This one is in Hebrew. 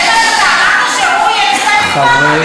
חמש דקות, אדוני.